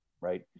right